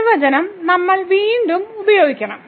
ഈ നിർവചനം നമ്മൾ വീണ്ടും ഉപയോഗിക്കണം